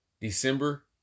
December